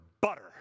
butter